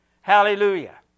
Hallelujah